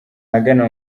ahagana